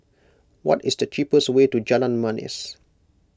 what is the cheapest way to Jalan Manis